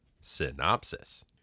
Synopsis